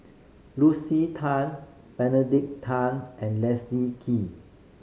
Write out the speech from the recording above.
Lucy Tan Benedict Tan and Leslie Kee